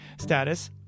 Status